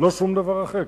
לא שום דבר אחר.